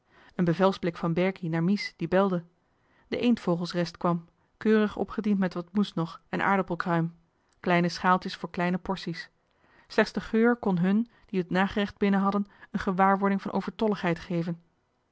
bevelsblik van berkie naar mies die belde de eendvogels rest kwam keurig opgediend met wat moes nog en aardappelkruim kleine schaaltjes voor kleine porties slechts de geur kon hun die het nagerecht binnen hadden een gewaarwording van overtolligheid geven